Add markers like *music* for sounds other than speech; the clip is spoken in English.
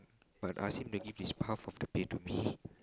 but ask him to give his half of the pay to me *laughs*